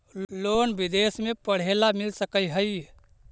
Loan विदेश में पढ़ेला मिल सक हइ?